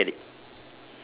ya I get it